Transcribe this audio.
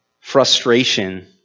frustration